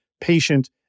patient